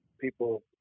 people